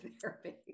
therapy